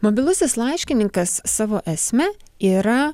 mobilusis laiškininkas savo esme yra